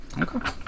Okay